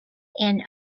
and